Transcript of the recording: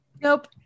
Nope